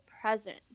present